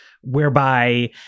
whereby